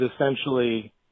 essentially